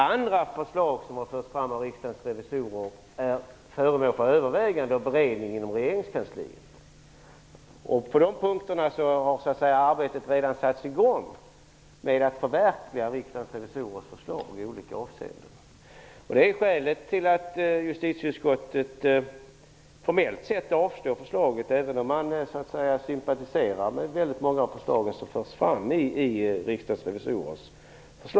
Andra förslag som förs fram av Riksdagens revisorer är föremål för övervägande och beredning inom regeringskansliet. På de punkterna har arbetet med att förverkliga Riksdagens revisorers förslag redan satts i gång i olika avseenden. Det är skälet till att justitieutskottet formellt sett avstyrker förslaget, även om man sympatiserar med många av de förslag som förs fram i Riksdagens revisorers rapport.